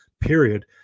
period